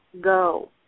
go